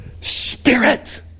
Spirit